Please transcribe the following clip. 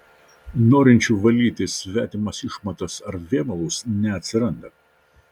norinčių valyti svetimas išmatas ar vėmalus neatsiranda